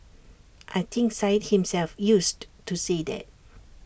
I think Syed himself used to say that